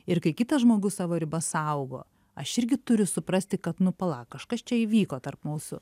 ir kai kitas žmogus savo ribas saugo aš irgi turi suprasti kad nu pala kažkas čia įvyko tarp mūsų